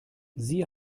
sie